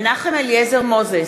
נגד מנחם אליעזר מוזס,